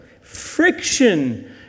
friction